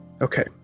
Okay